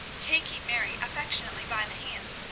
taking mary affectionately by the hand,